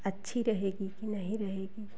अच्छी रहेगी कि नहीं रहेगी